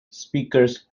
speakers